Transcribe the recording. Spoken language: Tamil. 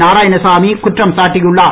நாராயணசாமி குற்றம் சாட்டியுள்ளார்